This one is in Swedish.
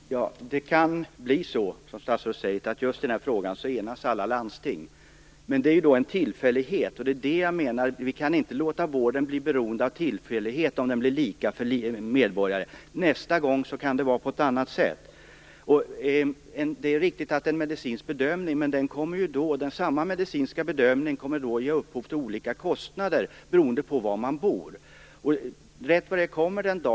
Herr talman! Det kan bli så, som statsrådet säger, att alla landsting enas i just denna fråga. Men det är då en tillfällighet. Vi kan inte låta vården bli beroende av tillfälligheter, utan den måste bli lika för alla medborgare. Det är riktigt att det sker en medicinsk bedömning, men samma medicinska bedömning kommer ju då att ge upphov till olika kostnader beroende på var man bor.